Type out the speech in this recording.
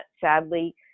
sadly